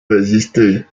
résisté